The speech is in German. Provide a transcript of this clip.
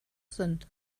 sind